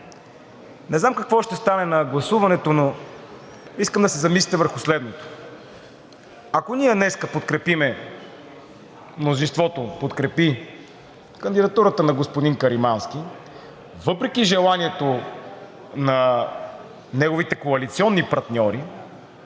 Не знам какво ще стане на гласуването, но искам да се замислите върху следното. Ако ние днес подкрепим, мнозинството подкрепи кандидатурата на господин Каримански въпреки желанието на неговите коалиционни партньори,